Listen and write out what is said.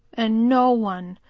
and no one,